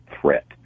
threat